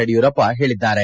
ಯಡಿಯೂರಪ್ಪ ಹೇಳಿದ್ದಾರೆ